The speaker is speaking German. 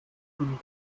von